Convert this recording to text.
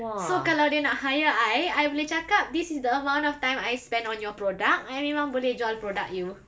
so kalau dia nak hire I I boleh cakap this is the amount of time I spend on your product I memang boleh join product you